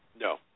No